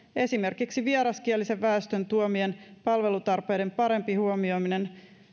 esimerkiksi vieraskielisen väestön tuomien palvelutarpeiden paremmasta huomioimisesta